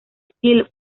steele